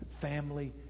family